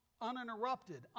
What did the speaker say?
uninterrupted